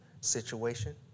situation